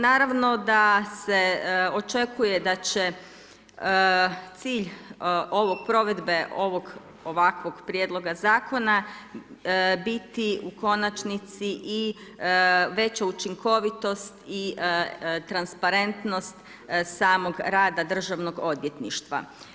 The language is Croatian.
Naravno da se očekuje da će cilj provedbe ovog ovakvog Prijedloga zakona biti u konačnici i veća učinkovitost i transparentnost samog rada Državnog odvjetništva.